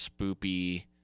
spoopy